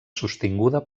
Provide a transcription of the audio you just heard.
sostinguda